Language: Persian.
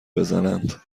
بزنند